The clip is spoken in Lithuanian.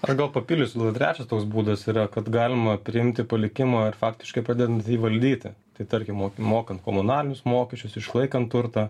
aš gal papildysiu trečias toks būdas yra kad galima priimti palikimą ir faktiškai pradedant jį valdyti tai tarkim mo mokant komunalinius mokesčius išlaikant turtą